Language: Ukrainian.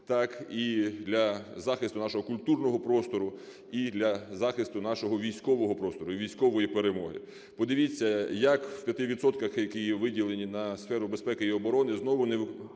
так і для захисту нашого культурного простору, і для захисту нашого військового простору і військової перемоги. Подивіться ,як в 5%, які виділені на сферу безпеки і оборони, знову законодавство